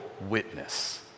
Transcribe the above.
witness